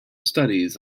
studies